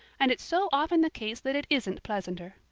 and it's so often the case that it isn't pleasanter.